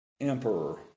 emperor